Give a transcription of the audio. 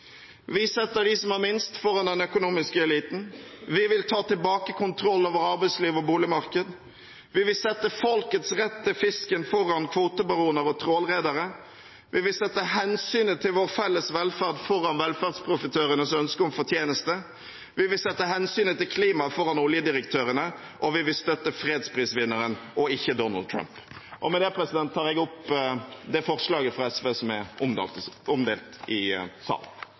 Vi setter dem som har minst, foran den økonomiske eliten. Vi vil ta tilbake kontroll over arbeidsliv og boligmarked. Vi vil sette folkets rett til fisken foran kvotebaroner og trålredere. Vi vil sette hensynet til vår felles velferd foran velferdsprofitørenes ønske om fortjeneste. Vi vil sette hensynet til klimaet foran oljedirektørene. Vi vil støtte fredsprisvinneren og ikke Donald Trump. Med det tar jeg opp og fremmer SVs forslag i trontaledebatten. Representanten Audun Lysbakken har tatt opp det forslaget han refererte til. Det blir replikkordskifte. Jeg er